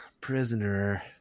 prisoner